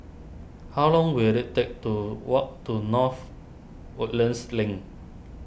how long will it take to walk to North Woodlands Link